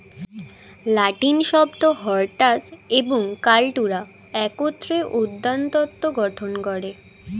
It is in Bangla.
লাতিন শব্দ হরটাস এবং কাল্টুরা একত্রে উদ্যানতত্ত্ব গঠন করে